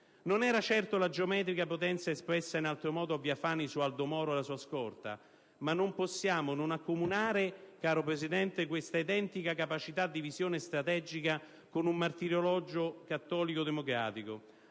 Non era certo la geometrica potenza espressa in altro modo a Via Fani su Aldo Moro e la sua scorta, ma non possiamo non accomunare questa identica capacità di visione strategica con il martirologio cattolico democratico: